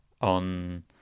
on